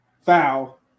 Foul